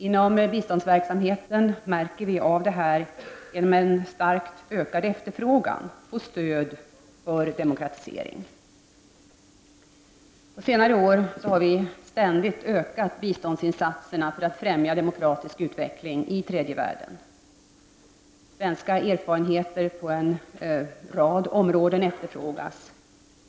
Inom biståndsverksamheten märker vi detta genom en starkt ökad efterfrågan på stöd för demokratisering. På senare år har vi ständigt ökat biståndsinsatserna för att främja en demokratisk utveckling i tredje världen. Svenska erfarenheter på en rad områden efterfrågas.